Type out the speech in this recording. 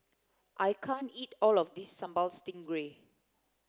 I can't eat all of this sambal stingray